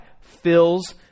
fills